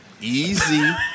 Easy